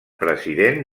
president